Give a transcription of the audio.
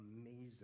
amazing